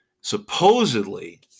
supposedly